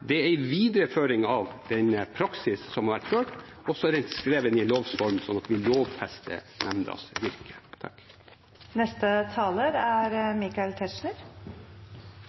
det er en videreføring av den praksisen som har vært ført, og så er den skrevet i lovs form, sånn at vi lovfester nemndas virke.